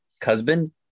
Cousin